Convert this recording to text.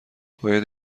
باید